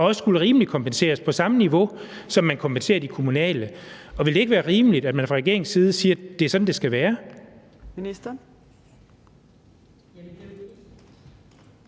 og også skulle kompenseres rimeligt og på samme niveau, som man kompenserer de kommunale. Vil det ikke være rimeligt, at man fra regeringens side siger, at det er sådan, det skal være?